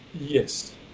Yes